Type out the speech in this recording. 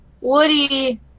Woody